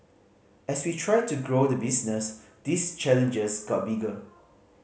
as we tried to grow the business these challenges got bigger